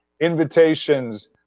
Invitations